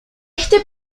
este